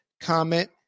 comment